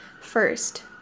First